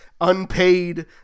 unpaid